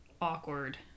Awkward